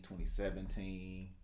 2017